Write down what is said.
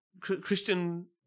Christian